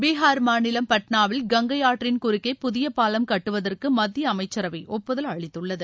பீஹார் மாநிலம் பட்னாவில் கங்கை ஆற்றின் குறுக்கே புதிய பாவம் கட்டுவதற்கு மத்திய அமைச்சரவை ஒப்புதல் அளித்துள்ளது